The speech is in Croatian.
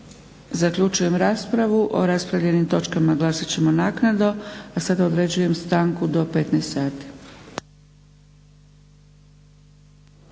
Zaključujem raspravu. O raspravljenim točkama glasat ćemo naknadno. A sada određujem stanku do 15,00 sati.